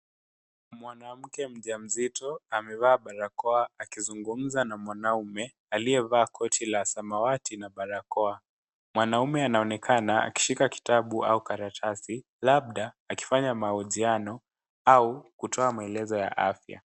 Mwanamke mjamzito amevaa barakoa akizungumza na mwanaume aliyevaa koti la samawati na barakoa. Mwanaume anaonekana akishika kitabu au karatasi, labda akifanya mahojiano au kutoa maelezo ya afya.